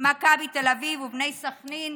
מכבי תל אביב ובני סח'נין